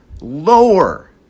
lower